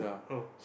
oh